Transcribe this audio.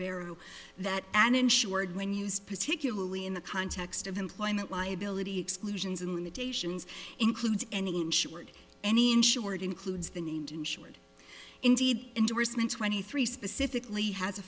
vero that an insured when used particularly in the context of employment liability exclusions in the stations includes any insured any insured includes the named insured indeed endorsement twenty three specifically has a